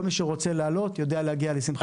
כל מי שרוצה לעלות, יודע להגיע, לשמחתנו הרבה.